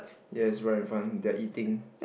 yes right in front they're eating